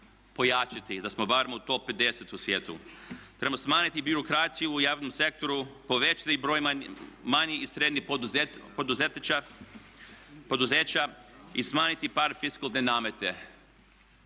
pojačati, da smo barem u top 50 u svijetu. Trebamo smanjiti birokraciju u javnom sektoru, povećati broj manjih i srednjih poduzeća i smanjiti par fiskalnih nameta.